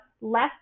less